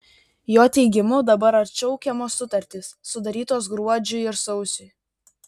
jo teigimu dabar atšaukiamos sutartys sudarytos gruodžiui ir sausiui